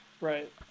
Right